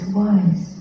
wise